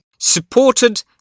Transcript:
supported